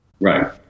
Right